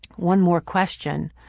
one more question,